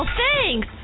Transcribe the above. thanks